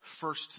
first